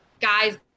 guys